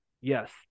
Yes